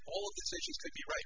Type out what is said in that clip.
all right